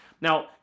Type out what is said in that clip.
Now